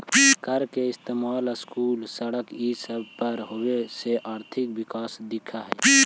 कर के इस्तेमाल स्कूल, सड़क ई सब पर होबे से आर्थिक विकास दिख हई